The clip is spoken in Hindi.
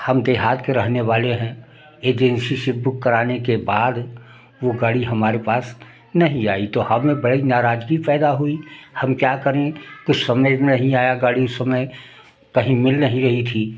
हम देहात के रहने वाले हैं एजेंसी से बुक कराने के बाद वो गाड़ी हमारे पास नहीं आई तो हमें एक बैक नाराजगी पैदा हुई हम क्या करें कुछ समझ में नहीं आया गाड़ी उस समय कहीं मिल नहीं रही थी